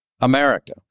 America